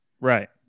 Right